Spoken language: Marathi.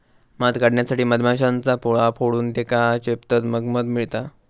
मध काढण्यासाठी मधमाश्यांचा पोळा फोडून त्येका चेपतत मग मध मिळता